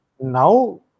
Now